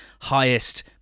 highest